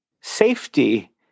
Safety